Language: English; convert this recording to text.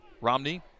Romney